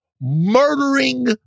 murdering